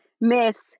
miss